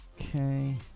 okay